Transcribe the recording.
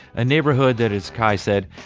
a neighborhood that, as kai said,